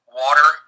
water